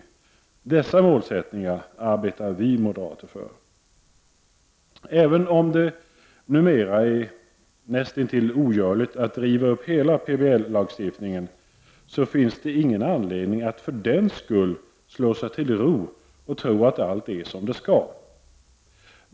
Dessa målsättningar arbetar vi moderater för. Även om det numera är näst intill ogörligt att riva upp hela PBL-lagstiftningen, finns det ingen anledning att för den skull slå sig till ro och tro att allt är som det skall.